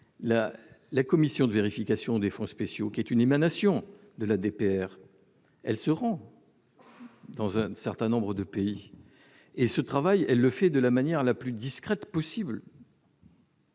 la commission de vérification des fonds spéciaux, qui est une émanation de la DPR, se rend dans un certain nombre de pays et fait son travail de la manière la plus discrète possible.